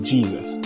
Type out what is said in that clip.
Jesus